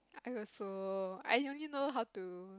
I also I only know how to